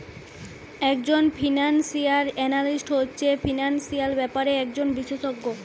একজন financial analyst হচ্ছে financial ব্যাপারে একজন বিশেষজ্ঞ